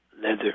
leather